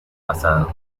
pasado